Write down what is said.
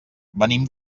venim